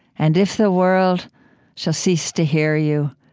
and if the world shall ceased to hear you,